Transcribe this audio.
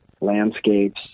landscapes